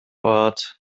ort